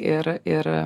ir ir